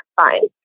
fine